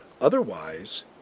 Otherwise